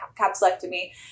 capsulectomy